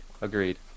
Agreed